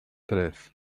tres